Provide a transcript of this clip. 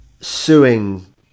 suing